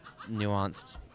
nuanced